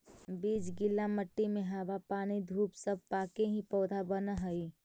बीज गीला मट्टी में हवा पानी धूप सब पाके ही पौधा बनऽ हइ